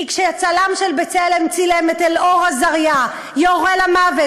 כי כשצלם של "בצלם" צילם את אלאור אזריה יורה למוות,